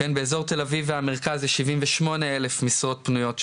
באיזור תל אביב והמרכז יש שבעים ושמונה אלף משרות פנויות,